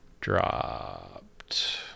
dropped